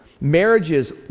Marriages